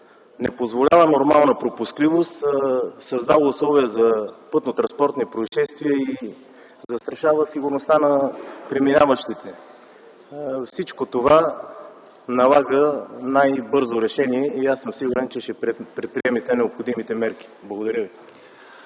не позволява нормална пропускливост, създава условия за пътно-транспортни произшествия и застрашава сигурността на преминаващите. Всичко това налага най-бързо решение и аз съм сигурен, че ще предприемете необходимите мерки. Благодаря.